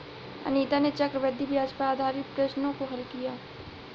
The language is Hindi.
अनीता ने चक्रवृद्धि ब्याज पर आधारित प्रश्नों को हल किया